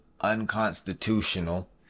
unconstitutional